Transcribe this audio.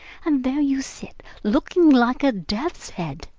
and there you sit, looking like a death's-head!